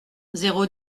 zéro